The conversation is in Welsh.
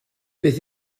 beth